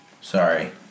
Sorry